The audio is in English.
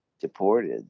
deported